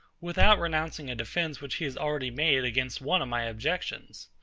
without renouncing a defence which he has already made against one of my objections.